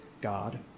God